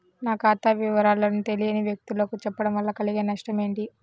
నా ఖాతా వివరాలను తెలియని వ్యక్తులకు చెప్పడం వల్ల కలిగే నష్టమేంటి?